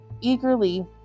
eagerly